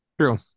True